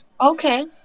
Okay